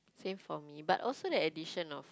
same for me but also the addition of